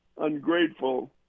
ungrateful